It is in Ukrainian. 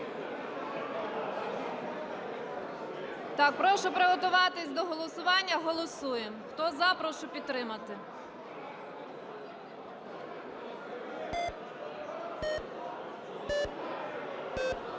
Так, прошу приготуватись до голосування. Голосуємо. Хто – за, прошу підтримати.